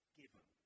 given